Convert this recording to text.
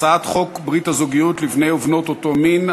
הצעת חוק ברית הזוגיות לבני ובנות אותו מין,